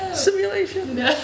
Simulation